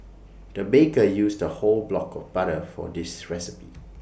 the baker used A whole block of butter for this recipe